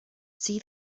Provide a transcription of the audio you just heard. see